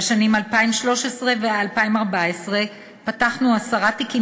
בשנים 2013 ו-2014 פתחנו עשרה תיקים